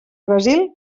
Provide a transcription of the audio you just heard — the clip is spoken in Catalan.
brasil